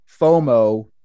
FOMO